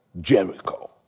Jericho